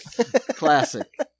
Classic